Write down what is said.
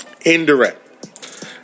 Indirect